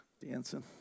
dancing